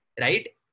right